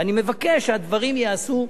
ואני מבקש שהדברים ייעשו,